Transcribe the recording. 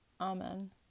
Amen